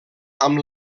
amb